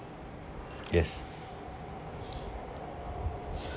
yes